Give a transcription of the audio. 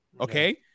Okay